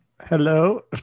hello